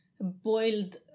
boiled